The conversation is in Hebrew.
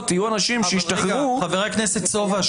יהיו אנשים שישתחררו --- חבר הכנסת סובה,